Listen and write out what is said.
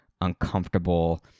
uncomfortable